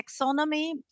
taxonomy